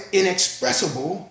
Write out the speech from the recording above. inexpressible